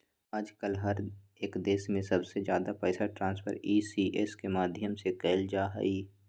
आजकल हर एक देश में सबसे ज्यादा पैसा ट्रान्स्फर ई.सी.एस के माध्यम से कइल जाहई